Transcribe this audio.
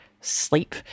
Sleep